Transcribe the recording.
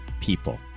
people